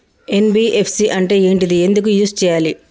NBFC అంటే ఏంటిది ఎందుకు యూజ్ చేయాలి?